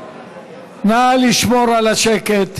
נא לשמור על השקט.